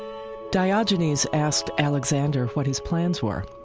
diogenes asked alexander what his plans were.